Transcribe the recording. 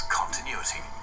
continuity